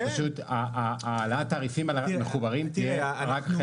פשוט העלאת התעריפים על המחוברים תהיה רק החל